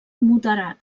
moderada